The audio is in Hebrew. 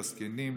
לזקנים,